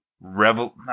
revel